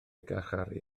garcharu